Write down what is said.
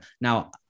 now